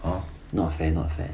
hor not fair not fair